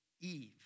Eve